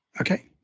okay